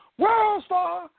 Worldstar